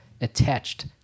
attached